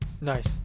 Nice